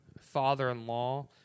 father-in-law